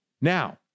Now